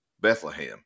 Bethlehem